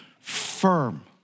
firm